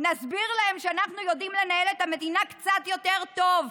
נסביר להם שאנחנו יודעים לנהל את המדינה קצת יותר טוב".